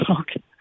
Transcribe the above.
Okay